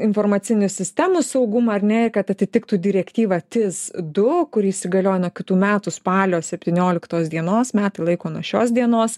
informacinių sistemų saugumą ar ne kad atitiktų direktyvą tys du kuri įsigalioja nuo kitų metų spalio septynioliktos dienos metai laiko nuo šios dienos